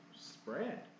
spread